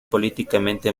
políticamente